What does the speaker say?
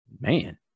Man